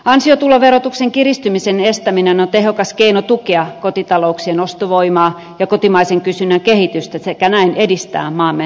ansiotuloverotuksen kiristymisen estäminen on tehokas keino tukea kotitalouksien ostovoimaa ja kotimaisen kysynnän kehitystä sekä näin edistää maamme työllisyyttä